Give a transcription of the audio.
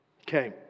Okay